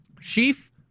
Sheaf